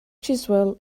chiswell